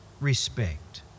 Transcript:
respect